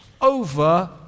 over